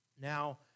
Now